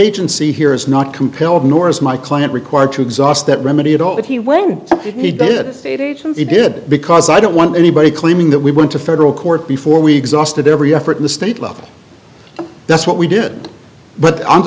agency here is not compelled nor is my client required to exhaust that remedy at all but he when he did it he did because i don't want anybody claiming that we went to federal court before we exhausted every effort in the state level that's what we did but